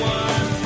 one